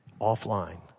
Offline